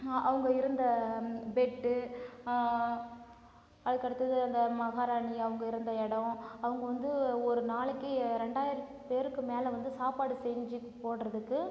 அவங்க இருந்த பெட்டு அதுக்கடுத்தது அந்த மகாராணி அவங்க இருந்த எடம் அவங்க வந்து ஒரு நாளைக்கு ரெண்டாயிரம் பேருக்கு மேலே வந்து சாப்பாடு செஞ்சிப் போடுறதுக்கு